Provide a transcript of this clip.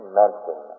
mention